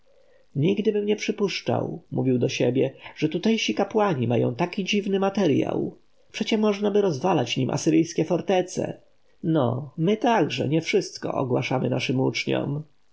nigdybym nie przypuszczał mówił do siebie że tutejsi kapłani mają tak dziwny materjał przecie możnaby rozwalać nim asyryjskie fortece no my także nie wszystko ogłaszamy naszym uczniom